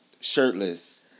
shirtless